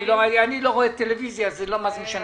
אני לא רואה טלוויזיה, אז לא משנה לי.